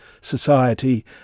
society